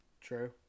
True